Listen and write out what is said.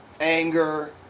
anger